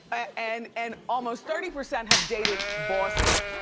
but and and almost thirty percent have dated bosses.